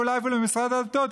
אולי אפילו ממשרד הדתות,